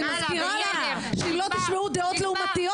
אני מסבירה לך שאם לא תשמעו דעות לעומתיות,